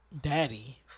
daddy